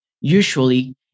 usually